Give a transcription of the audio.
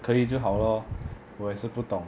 可以就好 lor 我也是不懂